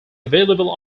available